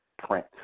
print